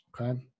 okay